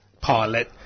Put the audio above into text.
pilot